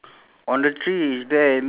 okay correct